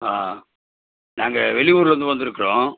ஆ நாங்கள் வெளியூர்லேருந்து வந்திருக்குறோம்